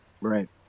Right